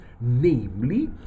namely